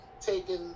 taking